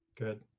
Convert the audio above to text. Good